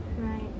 Right